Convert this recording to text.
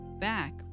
back